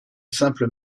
simple